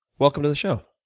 welcome to the show.